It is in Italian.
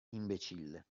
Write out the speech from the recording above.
imbecille